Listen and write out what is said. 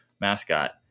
mascot